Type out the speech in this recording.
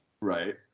Right